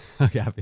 Okay